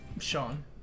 Sean